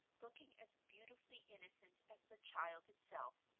looking as beautifully innocent as the child itself,